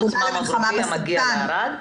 --- אוטובוס ממוגרפיה מגיע לערד,